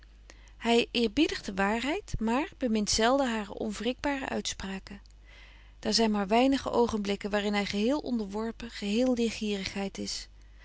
hy eerbiedigt de waarheid maar bemint zelden hare onwrikbare uitspraken daar zyn maar weinige oogenblikken waarin hy geheel onderworpen geheel leergierigheid is